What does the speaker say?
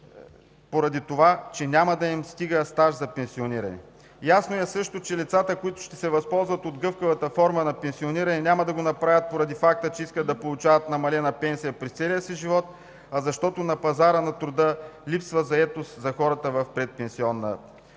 поради това че няма да им стига стаж за пенсиониране. Ясно е също, че лицата, които ще се възползват от гъвкавата форма на пенсиониране, няма да го направят поради факта, че искат да получават намалена пенсия през целия си живот, а защото на пазара на труда липсва заетост за хората в предпенсионна възраст.